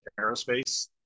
aerospace